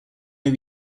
may